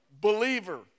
believer